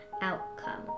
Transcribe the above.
outcome